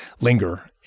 linger